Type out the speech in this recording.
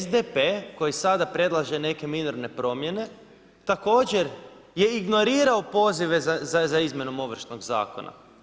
SDP koji sada predlaže neke minorne promjene također je ignorirao pozive za izmjenom ovršnog zakona.